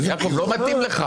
יעקב, לא מתאים לך.